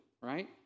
right